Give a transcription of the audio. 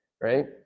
right